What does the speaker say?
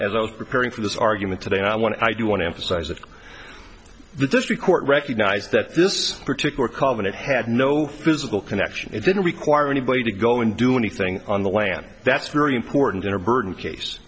as i was preparing for this argument today i want to i do want to emphasize that the district court recognized that this particular comment it had no physical connection it didn't require anybody to go and do anything on the land that's very important in a burden case